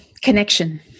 Connection